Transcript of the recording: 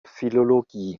philologie